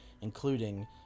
including